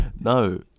No